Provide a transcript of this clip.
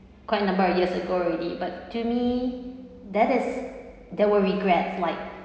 quite a number of years ago already but to me that is there were regrets like